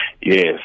Yes